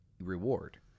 reward